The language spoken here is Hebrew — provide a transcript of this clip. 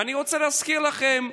ואני רוצה להזכיר לכם,